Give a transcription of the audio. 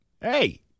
Hey